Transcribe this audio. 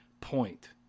point